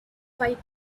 fight